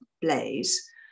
Blaze